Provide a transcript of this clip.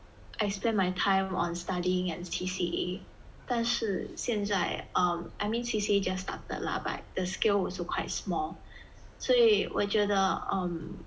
I spend my time on studying and C_C_A 但是现在 um I mean C_C_A just started lah but the scale also quite small 所以我觉得 um